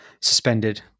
suspended